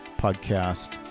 podcast